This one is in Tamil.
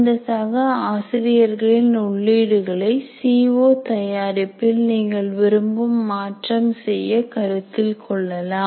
இந்த சக ஆசிரியர்களின் உள்ளீடுகளை சி ஓ தயாரிப்பில் நீங்கள் விரும்பும் மாற்றம் செய்ய கருத்தில் கொள்ளலாம்